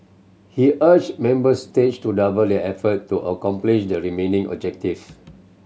he urged member states to double their effort to accomplish the remaining objectives